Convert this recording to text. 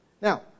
Now